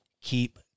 keep